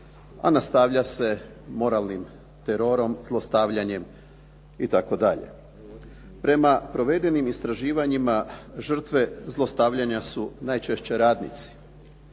a nastavlja se moralnim terorom, zlostavljanjem itd. Prema provedenim istraživanjima, žrtve zlostavljanja su najčešće radnici,